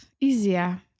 Easier